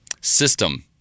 system